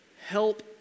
help